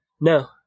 no